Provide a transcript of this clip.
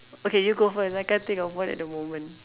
okay you go first I can't think of one at the moment